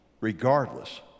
regardless